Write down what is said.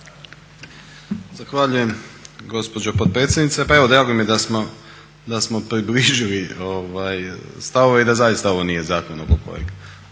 Zahvaljujem gospođo potpredsjednice. Pa evo drago mi je da smo približili stavove i da zaista ovo nije zakon oko kojeg